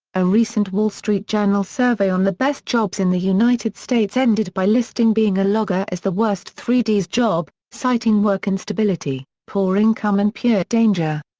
a recent wall street journal survey on the best jobs in the united states ended by listing being a logger as the worst three d's job, citing work instability, poor income and pure danger.